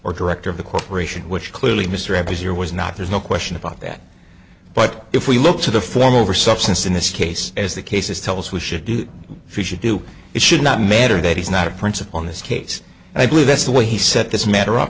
or director of the corporation which clearly mr ebbers your was not there's no question about that but if we look to the form over substance in this case as the cases tell us we should do if you should do it should not matter that he's not a principal in this case and i believe that's the way he set this matter up